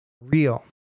real